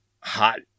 hot